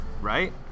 right